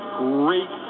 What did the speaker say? great